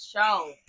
show